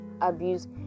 abuse